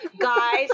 Guys